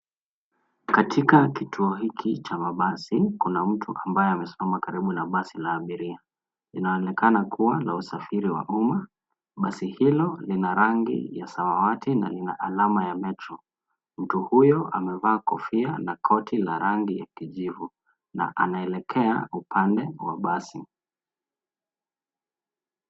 Katika kituo hiki cha mabasi, kuna mtu ambaye amesimama karibu na basi la abiria. Linaonekana kua la usafiri wa uma. Basi hilo lina rangi ya samawati na lina alama ya Metro. Mtu huyo amevaa kofia na koti la rangi ya kijivu, na anaelekea upande wa basi.